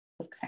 Okay